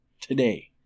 today